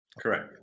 Correct